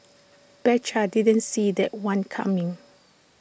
betcha didn't see that one coming